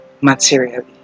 materially